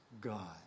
God